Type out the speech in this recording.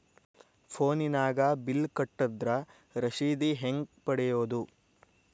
ಫೋನಿನಾಗ ಬಿಲ್ ಕಟ್ಟದ್ರ ರಶೇದಿ ಹೆಂಗ್ ಪಡೆಯೋದು?